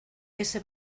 ese